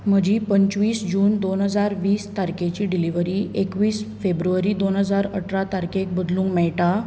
म्हजी पंचवीस जून दोन हजार वीस तारखेची डिलिव्हरी एकवीस फेब्रुवारी दोन हजार अठरा तारखेक बदलूंक मेळटा